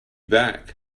back